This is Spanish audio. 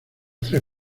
tres